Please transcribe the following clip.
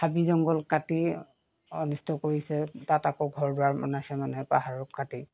হাবি জংঘল কাটি অনিষ্ট কৰিছে তাত আকৌ ঘৰ দুৱাৰ বনাইছে মানুহে পাহাৰক কাটি